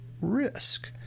risk